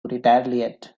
retaliate